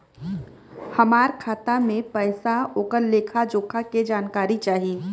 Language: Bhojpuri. हमार खाता में पैसा ओकर लेखा जोखा के जानकारी चाही?